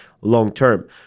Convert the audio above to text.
long-term